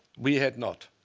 we had not.